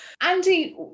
Andy